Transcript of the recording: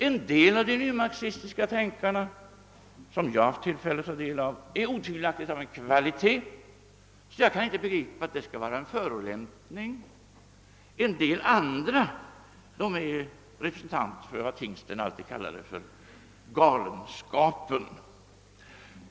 En del av de nymarxistiska tänkarna, som jag haft tillfälle att studera, är otvivelaktigt av en sådan kvalitet att jag inte kan begripa att det skall vara en förolämpning att kallas nymarxist. Andra är representanter för vad Tingsten kallat galenskaper.